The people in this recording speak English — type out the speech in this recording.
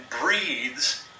breathes